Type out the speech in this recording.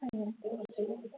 ଆଜ୍ଞା